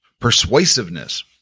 persuasiveness